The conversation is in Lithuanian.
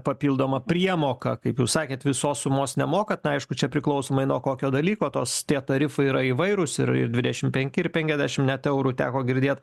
papildoma priemoka kaip jau sakėt visos sumos nemokat na aišku čia priklausomai nuo kokio dalyko tos tie tarifai yra įvairūs ir ir dvidešim penki ir penkiasdešim net eurų teko girdėt